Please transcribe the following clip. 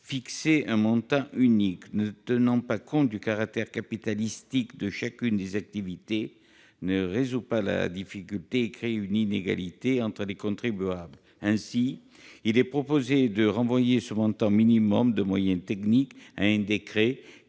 fixer un montant unique ne tenant pas compte du caractère capitalistique de chacune des activités ne résout pas la difficulté et crée une inégalité entre les contribuables. Ainsi, il est proposé de renvoyer ce montant minimal de moyens techniques à un décret